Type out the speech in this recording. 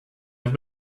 have